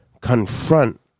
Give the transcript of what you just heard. confront